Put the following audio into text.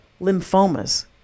lymphomas